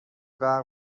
برق